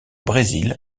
brésil